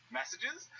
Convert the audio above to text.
messages